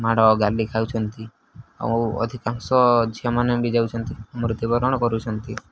ମାଡ଼ ଗାଳି ଖାଉଛନ୍ତି ଆଉ ଅଧିକାଂଶ ଝିଅମାନେ ବି ଯାଉଛନ୍ତି ମୃତ୍ୟୁବରଣ କରୁଛନ୍ତି